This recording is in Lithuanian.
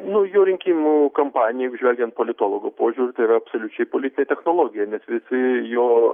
nu jo rinkimų kampanija žvelgiant politologo požiūriu tai yra absoliučiai politinė technologija nes visi jo